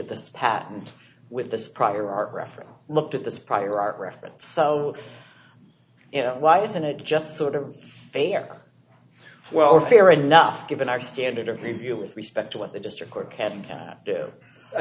at this patent with this prior art reference looked at this prior art reference so you know why isn't it just sort of failure well fair enough given our standard of review with respect to what the district court can